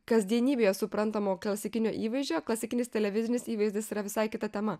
kasdienybėje suprantamo klasikinio įvaizdžio klasikinis televizinis įvaizdis yra visai kita tema